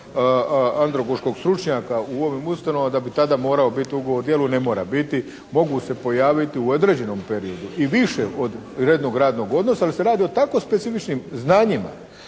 … stručnjaka u ovim ustanovama da bi tada morao biti ugovor o djelu, ne mora biti, mogu se pojaviti u određenom periodu i više od rednog radnog odnosa. Ali se radi o tako specifičnim znanjima